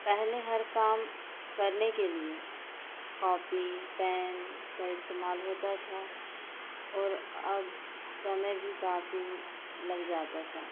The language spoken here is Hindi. पहले हर काम करने के लिए कॉपी पेन का इस्तेमाल होता था और अब समय भी काफी लग जाता था